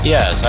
Yes